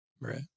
Right